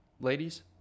ladies